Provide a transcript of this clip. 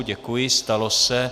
Děkuji, stalo se.